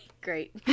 great